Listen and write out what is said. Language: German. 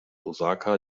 osaka